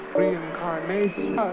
reincarnation